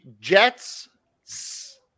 Jets